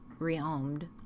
rehomed